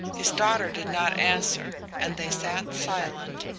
his daughter did not answer, and they sat silent,